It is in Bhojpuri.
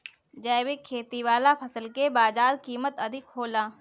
जैविक खेती वाला फसल के बाजार कीमत अधिक होला